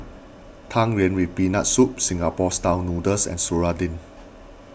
Tang Yuen with Peanut Soups Singapore Style Noodles and Serunding